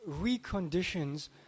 reconditions